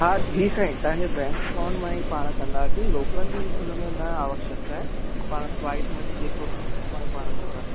हा जी साईं तव्हांजे बैंक अकाउंट मां ई पाण कंदासीं रोकड़नि जी उन में न आवशकता आहे पाण वाईट मनी जेको मां ई पाण कंदासीं